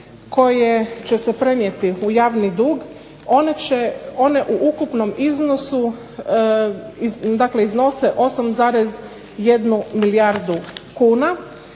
koje će se prenijeti u javni dug one će, one u ukupnom iznosu, dakle iznose 8,1 milijardu kuna,